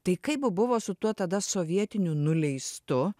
tai kaip buvo su tuo tada sovietiniu nuleistu